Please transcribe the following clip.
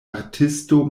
artisto